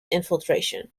infiltration